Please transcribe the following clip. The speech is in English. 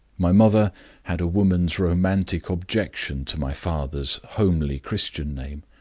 my mother had a woman's romantic objection to my father's homely christian name.